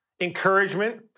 Encouragement